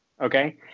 Okay